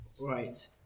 Right